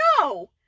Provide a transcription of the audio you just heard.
No